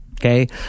Okay